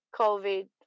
COVID